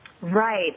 Right